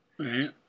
right